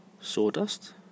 Sawdust